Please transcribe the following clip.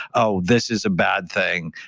oh, this is a bad thing.